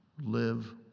live